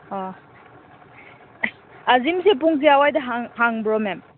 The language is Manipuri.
ꯑꯥ ꯑꯁ ꯑꯥ ꯖꯤꯝꯁꯤ ꯄꯨꯡ ꯀꯌꯥꯋꯥꯏꯗ ꯍꯥꯡꯕ꯭ꯔꯣ ꯃꯦꯝ